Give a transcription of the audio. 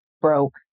broke